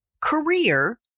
career